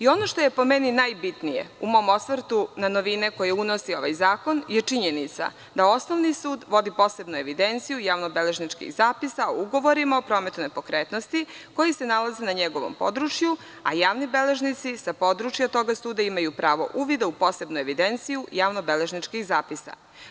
Ono što je po meni najbitnije u mom osvrtu na novine koje unosi ovaj zakon je činjenica da osnovni sud vodi posebnu evidenciju javno-beležničkih zapisa o ugovorima o prometu nepokretnosti koji se nalaze na njegovom području, a javni beležnici sa područja tog suda imaju pravo uvida u posebnu evidenciju javno-beležničkih zapisa.